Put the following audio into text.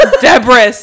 Debris